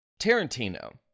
Tarantino